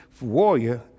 warrior